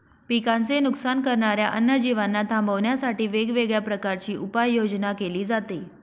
पिकांचे नुकसान करणाऱ्या अन्य जीवांना थांबवण्यासाठी वेगवेगळ्या प्रकारची उपाययोजना केली जाते